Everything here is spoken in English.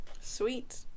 Sweet